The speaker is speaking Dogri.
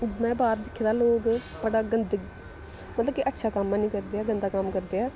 में बाह्र दिक्खे दा लोक बड़ा गंदे मतलब कि अच्छा कम्म हैनी करदे ऐ गंदा कम्म करदे ऐ